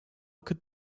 could